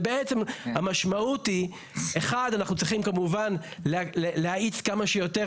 בעצם המשמעות היא שאנחנו צריכים כמובן להאיץ כמה שיותר